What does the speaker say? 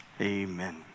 amen